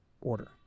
order